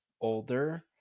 older